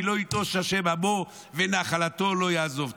כי "לא יטש ה' עמו ונחלתו לא יעזב".